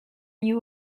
you